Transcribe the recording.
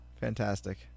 Fantastic